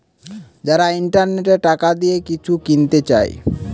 যারা ইন্টারনেটে টাকা দিয়ে কিছু কিনতে চায়